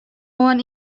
oan